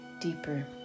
deeper